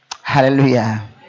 Hallelujah